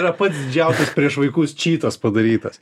yra pats didžiausias prieš vaikus čytas padarytas